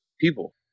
people